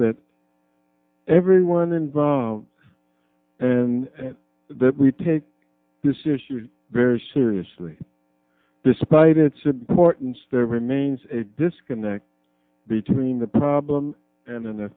that everyone involved and that we take this issue very seriously despite its importance there remains a disconnect between the problem and an